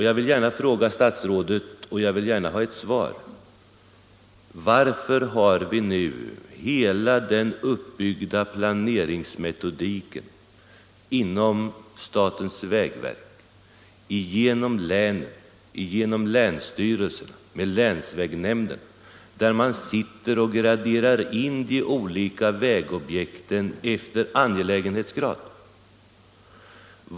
Jag vill fråga statsrådet —- och jag vill gärna ha ett svar: Varför har vi hela denna uppbyggda planeringsmetodik inom = statens vägverk, länsstyrelserna och länsvägnämnderna, där man sitter och granskar de olika vägobjekten och indelar dem efter angelägenhetsgrad?